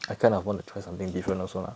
I kind of want to try something different also lah